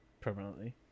permanently